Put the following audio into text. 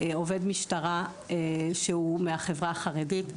עובד משטרה שהוא מהחברה החרדית.